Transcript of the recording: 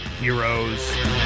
heroes